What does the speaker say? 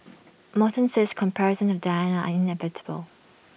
Morton says comparisons with Diana are inevitable